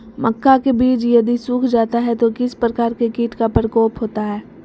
मक्का के बिज यदि सुख जाता है तो किस प्रकार के कीट का प्रकोप होता है?